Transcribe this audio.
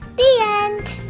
the end